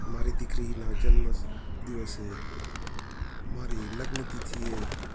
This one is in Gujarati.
મારી દીકરીનાં જન્મ સ દિવસે મારી લગ્ન તિથિએ